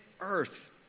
Earth